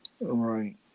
Right